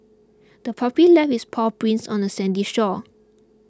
the puppy left its paw prints on the sandy shore